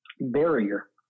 barrier